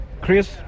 Chris